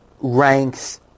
ranks